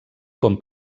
com